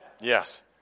Yes